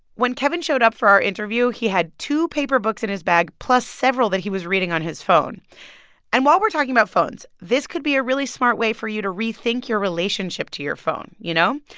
when kevin showed up for our interview, he had two paper books in his bag, plus several that he was reading on his phone and while we're talking about phones, this could be a really smart way for you to rethink your relationship to your phone, you know?